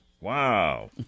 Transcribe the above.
Wow